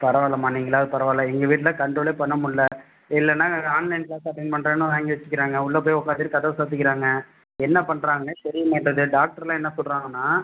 பரவால்லம்மா நீங்களாவது பரவாயில்ல எங்கள் வீட்டில் கன்ட்ரோலே பண்ணமுடில்ல இல்லைன்னா நாங்கள் ஆன்லைன் க்ளாஸ் அட்டன் பண்றேன்னு வச்சுக்கிறாங்க உள்ள போய் உட்காந்துட்டு கதவை சாற்றிக்குறாங்க என்ன பண்ணுறாங்கன்னே தெரியமாட்டுது டாக்டர்லாம் என்ன சொல்லுறாங்கன்னா